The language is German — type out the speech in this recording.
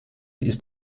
ist